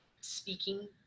speaking